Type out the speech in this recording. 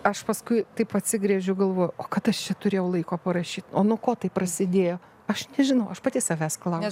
aš paskui taip atsigręžiu galvoju o kada aš čia turėjau laiko parašyt o nuo ko tai prasidėjo aš nežinau aš pati savęs klausiu